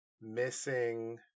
missing